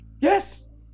Yes